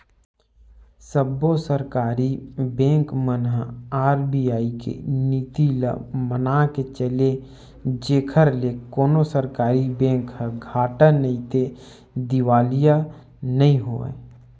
सब्बो सरकारी बेंक मन ह आर.बी.आई के नीति ल मनाके चले जेखर ले कोनो सरकारी बेंक ह घाटा नइते दिवालिया नइ होवय